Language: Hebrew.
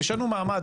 ישנו מעמד,